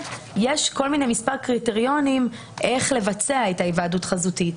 יש מספר קריטריונים איך לבצע את ההיוועדות החזותית.